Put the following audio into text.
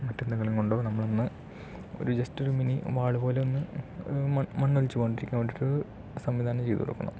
മറ്റെന്തെങ്കിലും കൊണ്ടോ നമ്മളൊന്ന് ഒരു ജെസ്റ്റ് ഒരു മിനി വോൾ പോലെ ഒന്ന് മാ മണ്ണൊലിച്ചു പോകാതിരിക്കാൻ വേണ്ടിയിട്ട് സംവിധാനം ചെയ്ത് കൊടുക്കണം